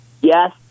Yes